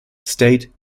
state